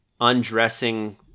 undressing